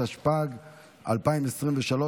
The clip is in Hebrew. התשפ"ג 2023,